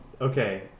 Okay